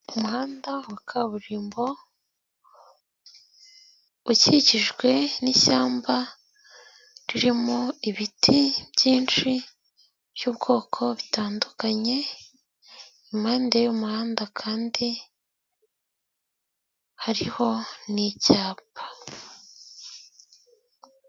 Umuhanda wa kaburimbo, ukikijwe nishyamba ririmo ibiti byinshi byubwoko butandukanye, impande y'uwomuhanda kandi hariho n'icyapa.